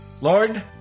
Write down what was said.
Lord